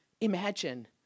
Imagine